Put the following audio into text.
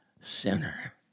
sinner